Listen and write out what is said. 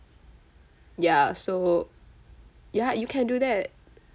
ya so ya you can do that